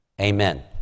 amen